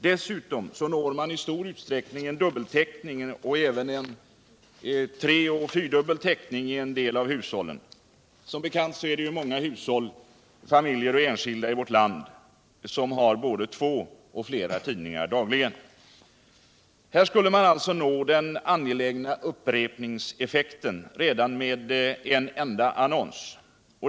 Dessutom uppnår man i stor utsträckning en dubbeltäckning och även en tre och fyrdubbel täckning i en del av hushållen. Som bekant har många hushåll, familjer och enskilda i vårt land både två och flera tidningar dagligen. Här skulle man alltså få den angelägna upprepningseffekten redan med en enda annons.